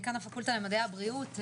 דיקן הפקולטה למדעי הבריאות.